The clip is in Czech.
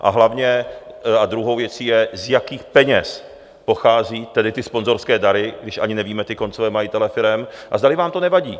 A hlavně a druhou věcí je, z jakých peněz pochází tedy ty sponzorské dary, když ani nevíme koncové majitele firem, a zdali vám to nevadí?